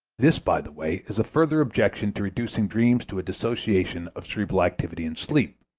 this, by the way, is a further objection to reducing dreams to a dissociation of cerebral activity in sleep,